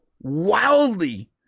wildly